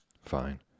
Fine